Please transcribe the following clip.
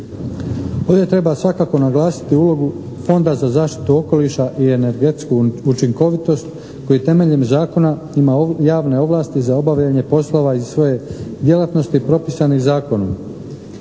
Ovdje treba svakako naglasiti ulogu Fonda za zaštitu okoliša i energetsku učinkovitost koji temeljem zakona ima javne ovlasti za obavljanje poslova iz svoje djelatnosti propisane zakonom.